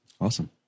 Awesome